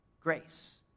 Grace